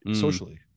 socially